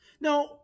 Now